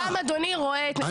שם, שם.